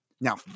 Now